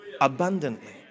abundantly